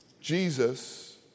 Jesus